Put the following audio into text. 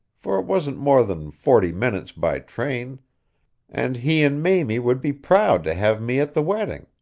for it wasn't more than forty minutes by train and he and mamie would be proud to have me at the wedding.